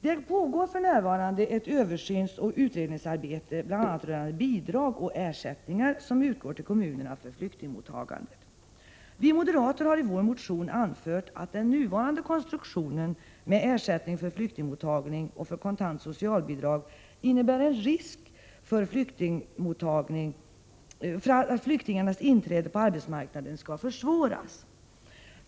Det pågår för närvarande ett utredningsoch översynsarbete rörande bl.a. de bidrag och ersättningar som utgår till kommunerna för flyktingmottagandet. Vi moderater har i vår motion anfört att den nuvarande konstruktionen med ersättning för flyktingmottagning och för kontant socialbidrag innebär en risk för att flyktingarnas inträde på arbetsmarknaden försvåras.